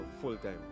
full-time